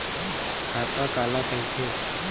खाता काला कहिथे?